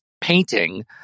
painting